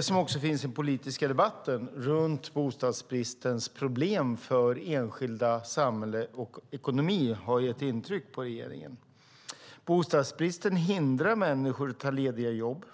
som också finns i den politiska debatten, om bostadsbristens problem för det enskilda samhället och ekonomin har gett intryck på regeringen. Bostadsbristen hindrar människor att ta lediga jobb.